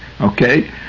Okay